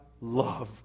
love